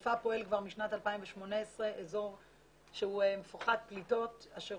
בחיפה פועל כבר משנת 2018 שהוא מפוחת פליטות אשר